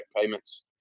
payments